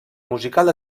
musical